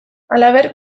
halaber